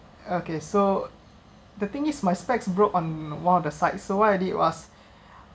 okay so the thing is my specs broke on one of the sides so what I did was